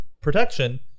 protection